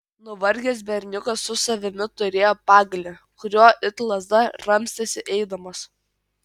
nuvargęs berniukas su savimi turėjo pagalį kuriuo it lazda ramstėsi eidamas